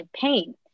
pain